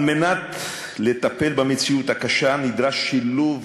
על מנת לטפל במציאות הקשה נדרש שילוב